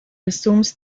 assumes